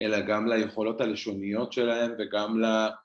אלא גם ליכולות הלשוניות שלהם וגם ל...